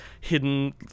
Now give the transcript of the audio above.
hidden